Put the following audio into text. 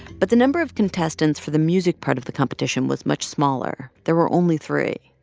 but the number of contestants for the music part of the competition was much smaller. there were only three.